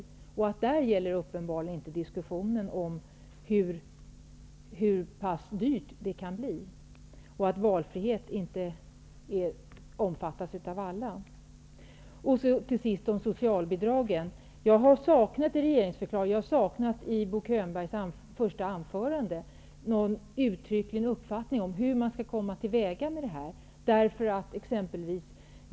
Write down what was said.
I det sammanhanget gäller uppenbarligen inte diskussionen om hur pass dyrt det kan bli med privatisering och om att valfrihet inte omfattas av alla. I både regeringsförklaringen och Bo Könbergs första anförande saknade jag någon uttrycklig uppfattning om hur man skall komma till rätta med socialbidragen.